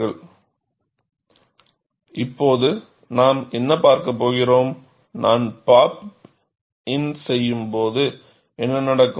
Refer Slide time 2205 இப்போது நாம் என்ன பார்க்கப் போகிறோம் நான் பாப் இன் செய்யும்போது என்ன நடக்கும்